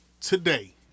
today